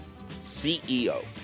CEO